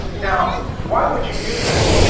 now, why would you do that?